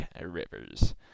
Rivers